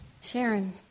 Sharon